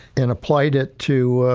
and applied it to